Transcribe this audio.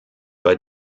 bei